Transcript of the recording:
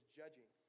judging